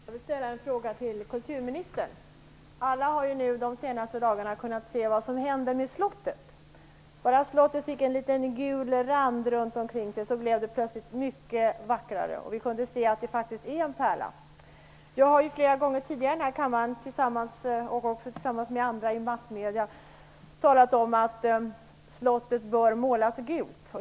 Herr talman! Jag vill ställa en fråga till kulturministern. Alla har de senaste dagarna kunnat se vad som händer med Slottet. Bara det fick en liten gul rand runt sig blev det plötsligt mycket vackrare, och vi kunde se att det faktiskt är en pärla. Jag har flera gånger tidigare i den här kammaren - och också tillsammans med andra i massmedier - talat om att Slottet bör målas gult.